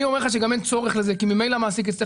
אני אומר לך שגם אין צורך בזה כי ממילא המעסיק יצטרך